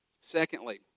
Secondly